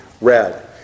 red